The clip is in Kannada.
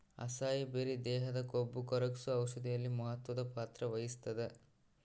ಅಸಾಯಿ ಬೆರಿ ದೇಹದ ಕೊಬ್ಬುಕರಗ್ಸೋ ಔಷಧಿಯಲ್ಲಿ ಮಹತ್ವದ ಪಾತ್ರ ವಹಿಸ್ತಾದ